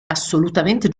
assolutamente